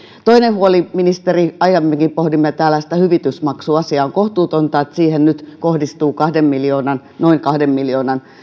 toinen huoli ministeri aiemminkin pohdimme tällaista hyvitysmaksuasiaa on kohtuutonta että siihen nyt kohdistuu noin kahden miljoonan